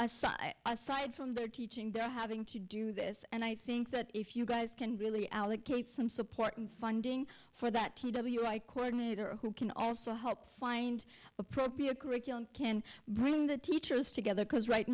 aside aside from their teaching they're having to do this and i think that if you guys can really allocate some support and funding for that t w i coordinator who can also help find appropriate curriculum can bring the teachers together because right